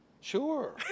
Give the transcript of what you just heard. Sure